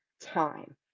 time